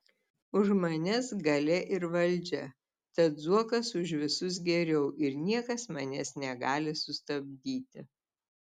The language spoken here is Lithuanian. už manęs galia ir valdžia tad zuokas už visus geriau ir niekas manęs negali sustabdyti